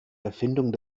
erfindung